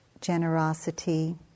generosity